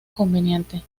conveniente